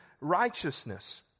righteousness